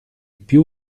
più